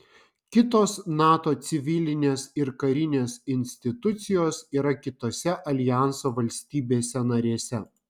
kitos nato civilinės ir karinės institucijos yra kitose aljanso valstybėse narėse